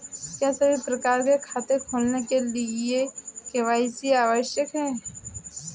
क्या सभी प्रकार के खाते खोलने के लिए के.वाई.सी आवश्यक है?